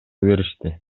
беришти